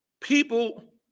people